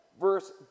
verse